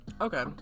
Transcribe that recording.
Okay